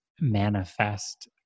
manifest